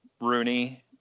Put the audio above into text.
rooney